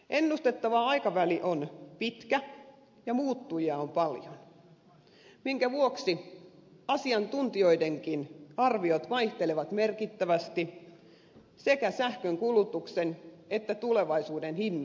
ennustettava aikaväli on pitkä ja muuttujia on paljon minkä vuoksi asiantuntijoidenkin arviot vaihtelevat merkittävästi sekä sähkönkulutuksen että tulevaisuuden hinnan osalta